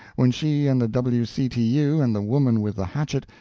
when she and the w. c. t. u. and the woman with the hatchet,